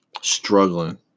struggling